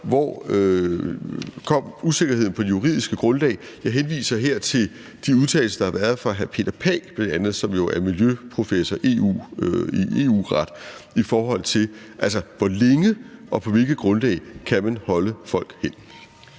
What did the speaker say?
hvor usikkerheden på det juridiske grundlag kom, og jeg henviser her til de udtalelser, der har været fra bl.a. hr. Peter Pagh, som jo er professor i miljøret, om, hvor længe og på hvilket grundlag man kan holde folk hen.